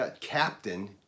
Captain